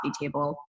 table